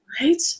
Right